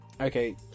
Okay